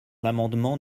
l’amendement